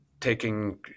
taking